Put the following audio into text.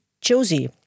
Josie